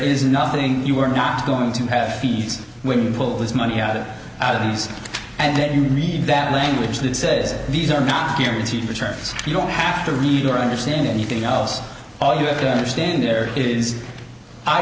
is nothing you are not going to have these women pull this money out of out of these and then you read that language that says these are not guaranteed returns you don't have to read or understand anything else all you have to understand there is i